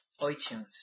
iTunes